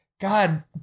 God